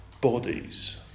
bodies